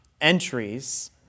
entries